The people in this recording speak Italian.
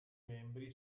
membri